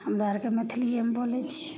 हमरा अरके मैथिलियेमे बोलय छियै